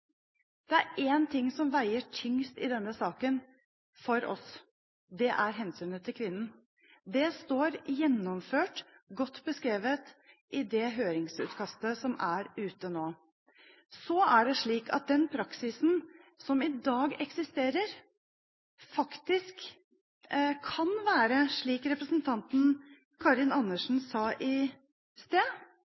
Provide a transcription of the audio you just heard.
Det er én ting som veier tyngst i denne saken for oss. Det er hensynet til kvinnen. Det står gjennomført, godt beskrevet, i det høringsutkastet som er ute nå. Så kan den praksisen som i dag eksisterer, slik representanten Karin Andersen sa i sted,